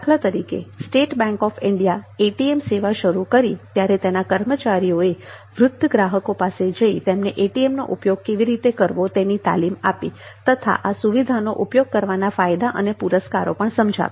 દાખલા તરીકે જ્યારે State Bank of India ATM સેવાઓ શરૂ કરી ત્યારે તેના કર્મચારીઓએ વૃદ્ધ ગ્રાહકો પાસે જઈને તેમને એટીએમનો ઉપયોગ કેવી રીતે કરવો તેની તાલીમ આપી તથા આ સુવિધાનો ઉપયોગ કરવાના ફાયદા અને પુરસ્કારો પણ સમજાવ્યા